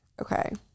Okay